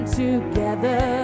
together